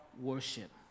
worship